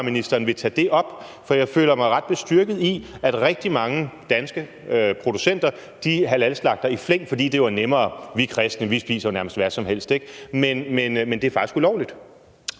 fødevareministeren, vil tage det op. Jeg føler mig ret bestyrket i, at rigtig mange danske producenter halalslagter i flæng, fordi det jo er nemmere, for vi er kristne, og vi spiser nærmest hvad som helst. Men det er faktisk ulovligt.